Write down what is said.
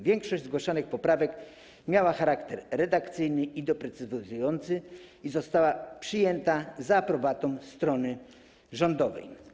Większość zgłaszanych poprawek miała charakter redakcyjny i doprecyzowujący i została przyjęta za aprobatą strony rządowej.